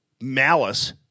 malice